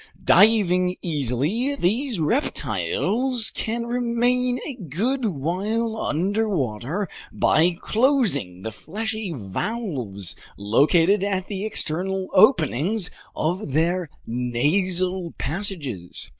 diving easily, these reptiles can remain a good while underwater by closing the fleshy valves located at the external openings of their nasal passages.